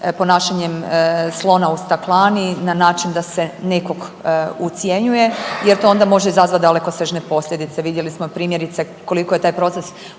ponašanjem slona u staklani na način da se nekog ucjenjuje jer to onda može izazvati dalekosežne posljedice. Vidjeli smo primjerice koliko je taj proces ulaska